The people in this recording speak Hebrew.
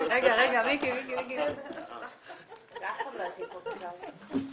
היינו צריכים לעשות שם תיקון משפטי באמצעות רביזיה.